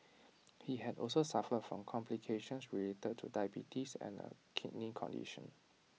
he had also suffered from complications related to diabetes and A kidney condition